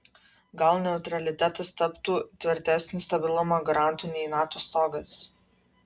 gal neutralitetas taptų tvirtesniu stabilumo garantu nei nato stogas